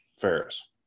Ferris